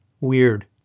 Weird